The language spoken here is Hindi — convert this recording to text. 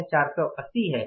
यह 480 है